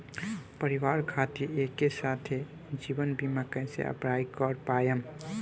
परिवार खातिर एके साथे जीवन बीमा कैसे अप्लाई कर पाएम?